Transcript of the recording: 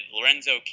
Lorenzo